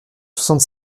soixante